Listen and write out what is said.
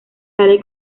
sale